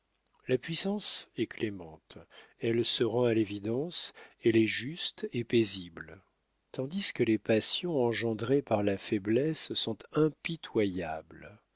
la puissance est clémente elle se rend à l'évidence elle est juste et paisible tandis que les passions engendrées par la faiblesse sont impitoyables